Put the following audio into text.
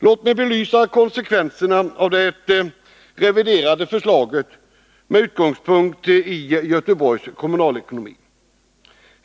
Låt mig belysa konsekvenserna av det reviderade förslaget med utgångspunkt i Göteborgs kommunalekonomi.